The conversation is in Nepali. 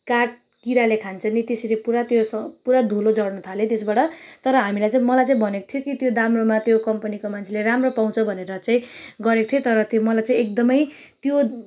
काठ किराले खान्छ नि त्यसरी पुरा त्यो पुरा धुलो झर्नु थाल्यो त्यसबाट तर हामीलाई चाहिँ मलाई चाहिँ भनेको थियो कि त्यो दाम्रोमा त्यो कम्पनीको मान्छेले राम्रो पाउँछ भनेर चाहिँ गरेको थिएँ तर त्यो मलाई चाहिँ एकदमै त्यो